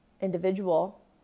individual